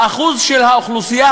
האחוז של האוכלוסייה